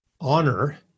honor